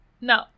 No